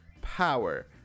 power